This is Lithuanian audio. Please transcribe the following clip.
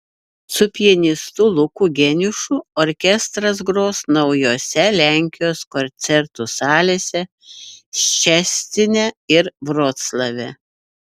su pianistu luku geniušu orkestras gros naujose lenkijos koncertų salėse ščecine ir vroclave